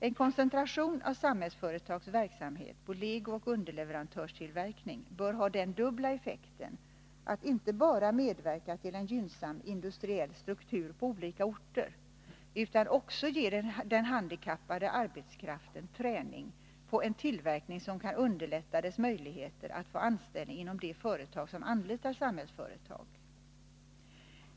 En koncentration av Samhällsföretags verksamhet på legooch underleverantörstillverkning bör ha den dubbla effekten att den inte bara medverkar till en gynnsam industriell struktur på olika orter utan också ge den handikappade arbetskraften träning när det gäller en tillverkning som kan underlätta för de handikappade att få anställning inom de företag som anlitar Samhällsföretag.